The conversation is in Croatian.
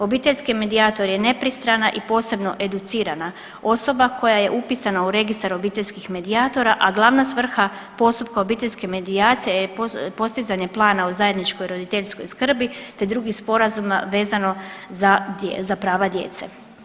Obiteljski medijator je nepristrana i posebno educirana osoba koja je upisana u registar obiteljskih medijatora, a glavna svrha postupka obiteljske medijacije je postizanje plana o zajedničkoj roditeljskoj skrbi, te drugih sporazuma vezano za prava djece.